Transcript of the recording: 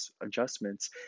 adjustments